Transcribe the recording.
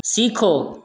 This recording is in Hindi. सीखो